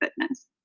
fitness